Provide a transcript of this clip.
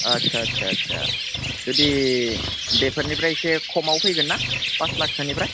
आदसा आदसा आदसा जुदि बेफोरनिफ्राय एसे खमाव फैगोन ना पास लाखसोनिफ्राय